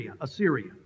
Assyria